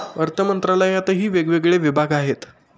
अर्थमंत्रालयातही वेगवेगळे विभाग आहेत